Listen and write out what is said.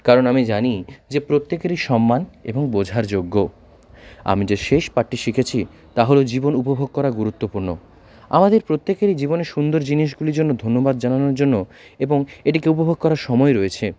কারণ আমি জানি যে প্রত্যেকেরই সম্মান এবং বোঝার যোগ্য আমি যে শেষ পাঠটি শিখেছি তা হলো জীবন উপভোগ করা গুরুত্বপূর্ণ আমাদের প্রত্যেকেরই জীবনে সুন্দর জিনিসগুলির জন্য ধন্যবাদ জানানোর জন্য এবং এটিকে উপভোগ করার সময় রয়েছে